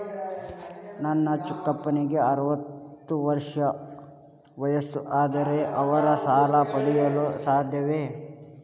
ನನ್ನ ಚಿಕ್ಕಪ್ಪನಿಗೆ ಅರವತ್ತು ವರ್ಷ ವಯಸ್ಸು, ಆದರೆ ಅವರು ಸಾಲ ಪಡೆಯಲು ಸಾಧ್ಯವೇ?